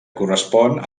correspon